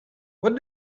what